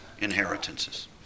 inheritances